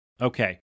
Okay